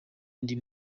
ndi